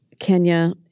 Kenya